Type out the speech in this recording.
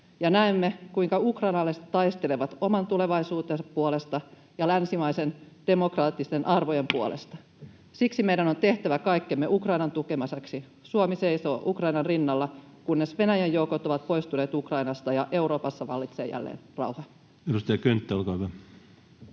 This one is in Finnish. ja näemme, kuinka ukrainalaiset taistelevat oman tulevaisuutensa puolesta ja länsimaisten demokraattisten arvojen puolesta. Siksi meidän on tehtävä kaikkemme Ukrainan tukemiseksi. Suomi seisoo Ukrainan rinnalla, kunnes Venäjän joukot ovat poistuneet Ukrainasta ja Euroopassa vallitsee jälleen rauha. [Speech 77] Speaker: